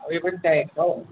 उयो पनि चाहिएको छ हौ